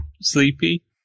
Sleepy